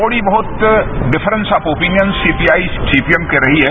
थोड़ी बहुत difference of opinion CPI CPM कर रही है